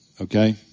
okay